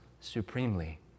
supremely